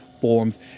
forms